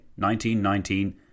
1919